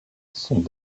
sont